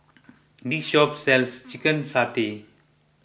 this shop sells Chicken Satay